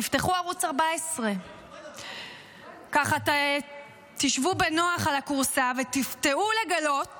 תפתחו ערוץ 14. תשבו בנוח על הכורסה ותופתעו לגלות